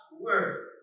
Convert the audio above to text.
word